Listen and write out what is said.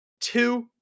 two